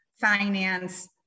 finance